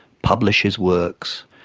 publish his works.